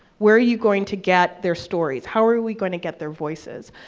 where are you going to get their stories? how are we gonna get their voices?